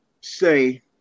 say